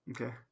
Okay